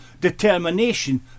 determination